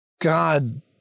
god